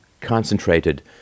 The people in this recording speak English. concentrated